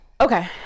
Okay